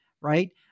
Right